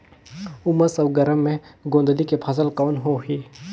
उमस अउ गरम मे गोंदली के फसल कौन होही?